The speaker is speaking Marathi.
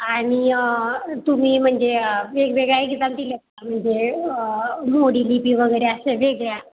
आणि तुम्ही म्हणजे वेगवेगळ्या एक्जाम दिल्या आहेत का म्हणजे मोडी लिपी वगैरे अशा वेगळ्या